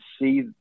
see